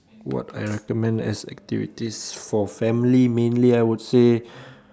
what I recommend as activities for family mainly I would say